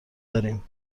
داریم